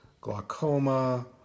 glaucoma